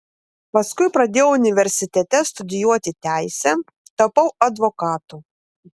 paskui pradėjau universitete studijuoti teisę tapau advokatu